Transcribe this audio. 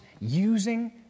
using